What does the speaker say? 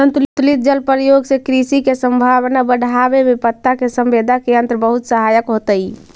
संतुलित जल प्रयोग से कृषि के संभावना बढ़ावे में पत्ता के संवेदक यंत्र बहुत सहायक होतई